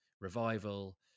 revival